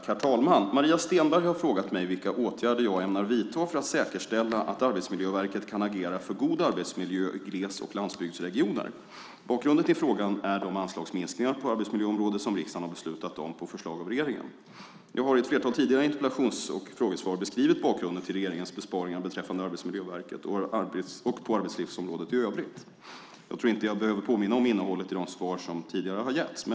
Herr talman! Maria Stenberg har frågat mig vilka åtgärder jag ämnar vidta för att säkerställa att Arbetsmiljöverket kan agera för god arbetsmiljö i gles och landsbygdsregioner. Bakgrunden till frågan är de anslagsminskningar på arbetsmiljöområdet som riksdagen har beslutat om på förslag av regeringen. Jag har i ett flertal tidigare interpellations och frågesvar beskrivit bakgrunden till regeringens besparingar beträffande Arbetsmiljöverket och på arbetslivsområdet i övrigt. Jag tror inte jag behöver påminna om innehållet i de svar som tidigare har getts.